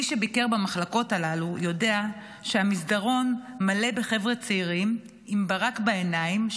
מי שביקר במחלקות הללו יודע שהמסדרון מלא בחבר'ה צעירים עם ברק בעיניים,